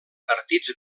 partits